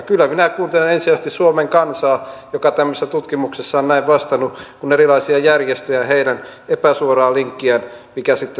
kyllä minä kuuntelen ensisijaisesti suomen kansaa joka tämmöisessä tutkimuksessa on näin vastannut kuin erilaisia järjestöjä ja heidän epäsuoraa linkkiään mikä sitten sattuu tulemaankaan